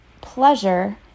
pleasure